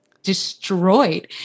destroyed